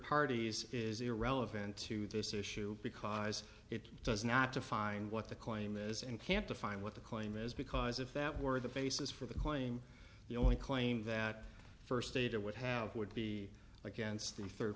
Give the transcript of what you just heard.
parties is irrelevant to this issue because it does not define what the claim is and can't define what the claim is because if that were the basis for the claim the only claim that first data would have would be against the third